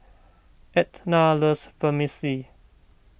Etna loves Vermicelli